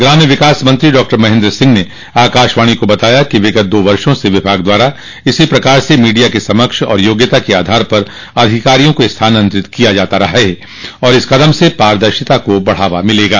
ग्राम्य विकास मंत्री डॉक्टर महेन्द्र सिंह ने आकाशवाणी को बताया कि विगत् दो वर्षो से विभाग द्वारा इसी प्रकार से मीडिया के समक्ष और योग्यता के आधार पर अधिकारियों को स्थानांतरित किया जाता रहा है और इस कदम से पारदर्शिता को बढ़ावा मिलेगा